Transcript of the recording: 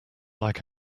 like